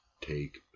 Take